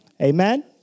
amen